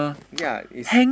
ya is